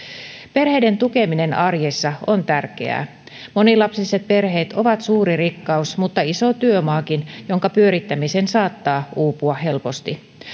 perheiden tukeminen arjessa on tärkeää monilapsiset perheet ovat suuri rikkaus mutta iso työmaakin jonka pyörittämiseen saattaa uupua helposti